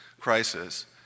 crisis